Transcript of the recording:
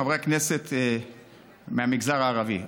חברי הכנסת מהמגזר הערבי,